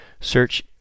search